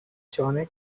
johnny